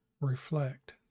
reflect